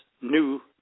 New